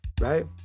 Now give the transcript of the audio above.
right